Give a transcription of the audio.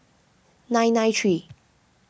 nine nine three